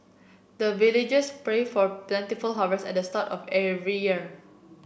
the villagers pray for plentiful harvest at start of every year